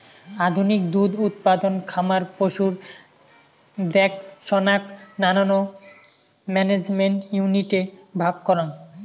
আধুনিক দুধ উৎপাদন খামার পশুর দেখসনাক নানান ম্যানেজমেন্ট ইউনিটে ভাগ করাং